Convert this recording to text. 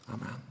Amen